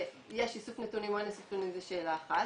יש איסוף נתונים או אין איסוף נתונים זו שאלה אחת,